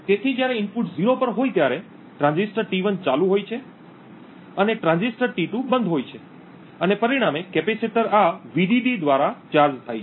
તેથી જ્યારે ઇનપુટ 0 પર હોય ત્યારે ટ્રાંઝિસ્ટર T1 ચાલુ હોય છે અને ટ્રાંઝિસ્ટર T2 બંધ હોય છે અને પરિણામે કેપેસિટર આ વીડીડી દ્વારા ચાર્જ થાય છે